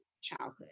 childhood